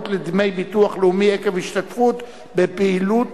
לדמי הביטוח הלאומי עקב השתתפות בפעילות